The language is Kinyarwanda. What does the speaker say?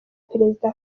perezida